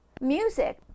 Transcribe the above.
Music